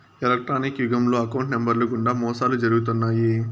electronics యుగంలో account నెంబర్లు గుండా మోసాలు జరుగుతున్నాయి